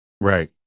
right